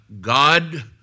God